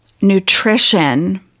nutrition